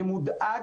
אני מודאג